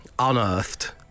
unearthed